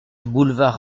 boulevard